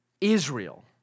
Israel